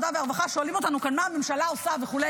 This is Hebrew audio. שואלים אותנו כאן: מה הממשלה עושה וכו'.